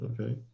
Okay